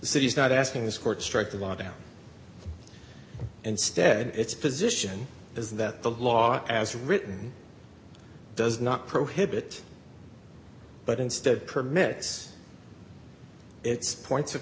city is not asking this court to strike the law down instead its position is that the law as written does not prohibit but instead permits its points of